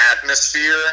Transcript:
atmosphere